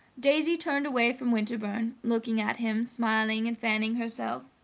daisy turned away from winterbourne, looking at him, smiling and fanning herself.